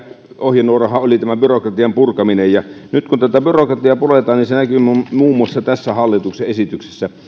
ohjenuorahan oli byrokratian purkaminen nyt kun byrokratiaa puretaan niin se näkyy muun muassa tässä hallituksen esityksessä